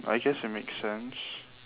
I guess it makes sense